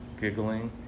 giggling